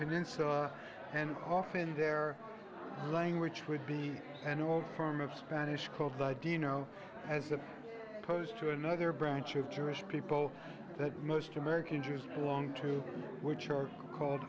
peninsula and often their language would be an old form of spanish called the dino as opposed to another branch of jewish people that most american jews along too which are called